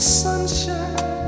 sunshine